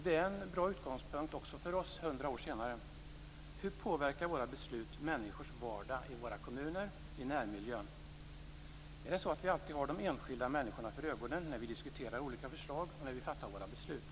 Det är en bra utgångspunkt också för oss, hundra år senare. Hur påverkar våra beslut människors vardag i våra kommuner och i närmiljön? Är det så att vi alltid har de enskilda människorna för ögonen när vi diskuterar olika förslag och när vi fattar våra beslut?